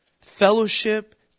fellowship